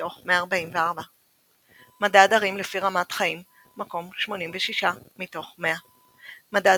מתוך 144. מדד ערים לפי רמת חיים – מקום 86 מתוך 100. מדד